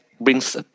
brings